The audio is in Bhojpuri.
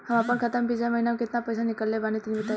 हम आपन खाता से पिछला महीना केतना पईसा निकलने बानि तनि बताईं?